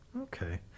Okay